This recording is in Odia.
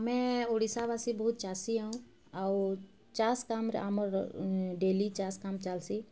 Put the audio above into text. ଆମେ ଓଡ଼ିଶାବାସୀ ବହୁତ୍ ଚାଷୀ ଆଉ ଆଉ ଚାଷ୍ କାମ୍ରେ ଆମର ଡେଲି ଚାଷ୍ କାମ୍ ଚାଲ୍ସି